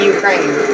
Ukraine